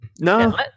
no